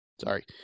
sorry